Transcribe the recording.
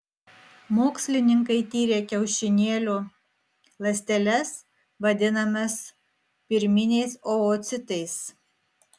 mokslininkai tyrė kiaušinėlių ląsteles vadinamas pirminiais oocitais